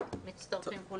מצטרפים כולם.